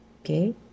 okay